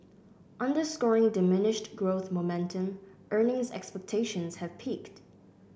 underscoring diminished growth momentum earnings expectations have peaked